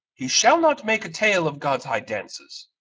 he shall not make a tale of god's high dances!